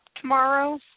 tomorrow